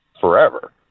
forever